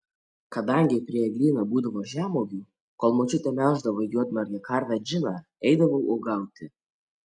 kadangi prie eglyno būdavo žemuogių kol močiutė melždavo juodmargę karvę džiną eidavau uogauti